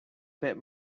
bit